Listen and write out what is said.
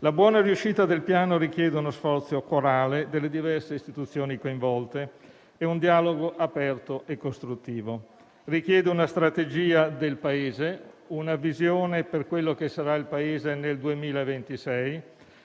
La buona riuscita del Piano richiede uno sforzo corale delle diverse istituzioni coinvolte e un dialogo aperto e costruttivo; richiede una strategia del Paese, una visione per quello che sarà il Paese nel 2026,